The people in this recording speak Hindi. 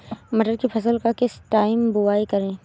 मटर की फसल का किस टाइम बुवाई करें?